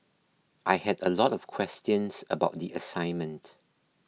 I had a lot of questions about the assignment